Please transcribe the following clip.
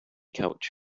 couch